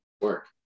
work